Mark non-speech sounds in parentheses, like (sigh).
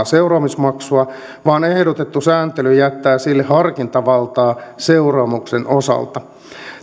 (unintelligible) seuraamismaksua vaan ehdotettu sääntely jättää sille harkintavaltaa seuraamuksen osalta